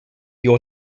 your